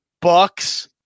Bucks